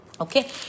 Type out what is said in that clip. Okay